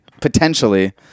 potentially